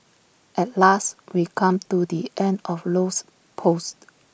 at last we come to the end of Low's post